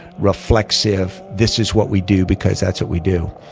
reflexive, this is what we do because that's what we do.